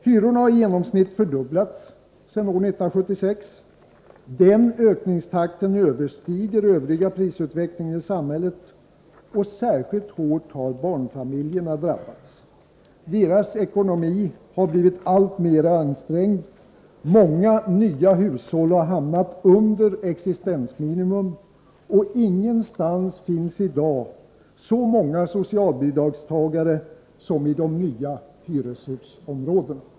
Hyrorna har i genomsnitt fördubblats sedan år 1976. Denna ökningstakt överstiger den övriga prisutvecklingen i samhället. Särskilt hårt har barnfamiljerna drabbats. Deras ekonomi har blivit alltmera ansträngd. Många nya hushåll har hamnat under existensminimum. Ingenstans finns i dag så många socialbidragstagare som i de nya hyreshusområdena.